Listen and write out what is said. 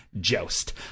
joust